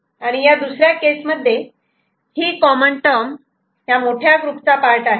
आणि दुसऱ्या केसमध्ये ही कॉमन टर्म ही मोठ्या ग्रुपचा पार्ट आहे